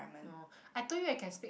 orh I told you I can speak